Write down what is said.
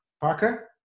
Parker